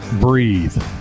breathe